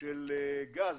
של גז,